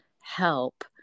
help